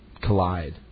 collide